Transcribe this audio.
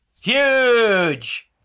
Huge